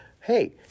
Hey